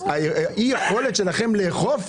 שאי-יכולת שלכם לאכוף,